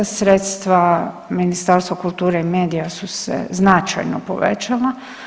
Sredstva Ministarstva kulture i medija su se značajno povećala.